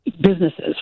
businesses